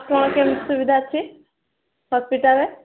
କ'ଣ କେମିତି ସୁବିଧା ଅଛି ହସ୍ପିଟାଲରେ